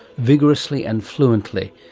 vigorously and fluently,